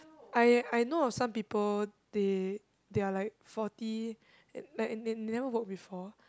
I I know of some people they they're like forty and like and they they never work before